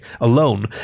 alone